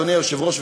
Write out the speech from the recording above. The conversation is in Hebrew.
אדוני היושב-ראש,